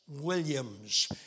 Williams